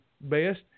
best